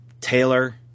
Taylor